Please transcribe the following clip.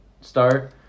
start